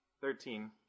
Thirteen